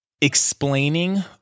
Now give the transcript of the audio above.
explaining